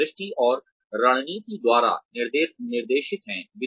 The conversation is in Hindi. और दृष्टि और रणनीति द्वारा निर्देशित हैं